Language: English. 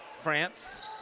France